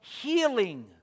healing